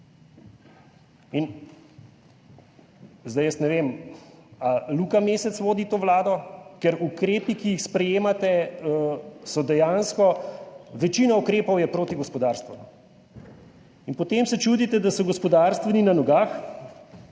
zdaj jaz ne vem, ali Luka Mesec vodi to vlado, ker ukrepi, ki jih sprejemate, so dejansko, večina ukrepov je proti gospodarstvu in potem se čudite, da so gospodarstveni na nogah